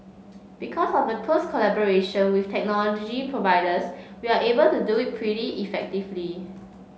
because of the close collaboration with technology providers we are able to do it pretty effectively